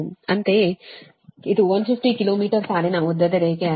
ಅಂತೆಯೇ ಇದು 150 kilometre ಸಾಲಿನ ಉದ್ದದ ರೇಖೆಯಾಗಿದೆ